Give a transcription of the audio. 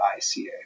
ICA